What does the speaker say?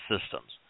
systems